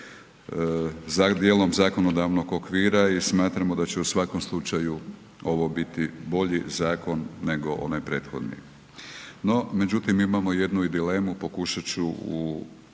dijelom zakonodavnog okvira i smatramo da će u svakom slučaju ovo biti bolji zakon nego onaj prethodni. No međutim imamo i jednu i dilemu, pokušati ću u